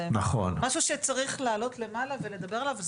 זה משהו שצריך לעלות למעלה ולדבר עליו,